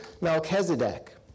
Melchizedek